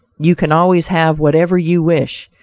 you can always have whatever you wish,